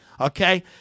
Okay